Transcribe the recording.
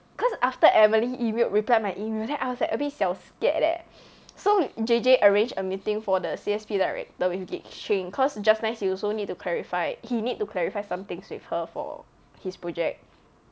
cause after emily emailed reply my email then I was like a bit 小 scared leh so J J arrange a meeting for the C_S_P director with gek cheng cause just nice he also need to clarify he need to clarify some things with her for his project